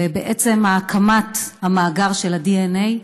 ובעצם הקמת המאגר של הדנ"א,